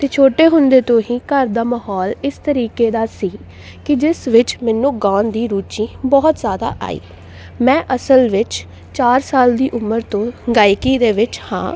ਅਤੇ ਛੋਟੇ ਹੁੰਦੇ ਤੋਂ ਹੀ ਘਰ ਦਾ ਮਾਹੌਲ ਇਸ ਤਰੀਕੇ ਦਾ ਸੀ ਕਿ ਜਿਸ ਵਿੱਚ ਮੈਨੂੰ ਗਾਉਣ ਦੀ ਰੁਚੀ ਬਹੁਤ ਜ਼ਿਆਦਾ ਆਈ ਮੈਂ ਅਸਲ ਵਿੱਚ ਚਾਰ ਸਾਲ ਦੀ ਉਮਰ ਤੋਂ ਗਾਇਕੀ ਦੇ ਵਿੱਚ ਹਾਂ